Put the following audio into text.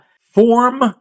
form